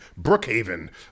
Brookhaven